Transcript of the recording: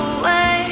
away